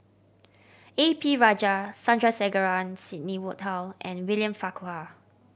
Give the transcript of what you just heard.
A P Rajah Sandrasegaran Sidney Woodhull and William Farquhar